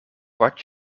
wat